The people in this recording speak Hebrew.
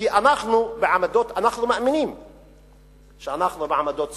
כי אנחנו מאמינים שאנחנו בעמדות צודקות.